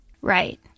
Right